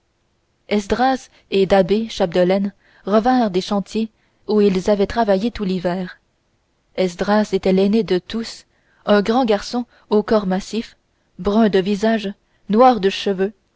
esdras et da'bé chapdelaine revinrent des chantiers où ils avaient travaillé tout l'hiver esdras était l'aîné de tous un grand garçon au corps massif brun de visage noir de cheveux